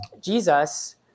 Jesus